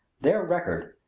their record,